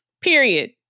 period